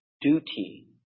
duty